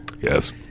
yes